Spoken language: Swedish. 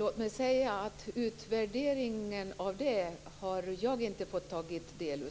Herr talman! Låt mig säga att jag inte har fått ta del